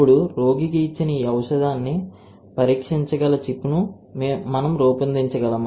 ఇప్పుడు రోగికి ఇచ్చిన ఈ ఔషధాన్ని పరీక్షించగల చిప్ను మేము రూపొందించగలమా